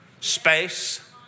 space